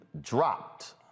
dropped